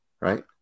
right